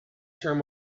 term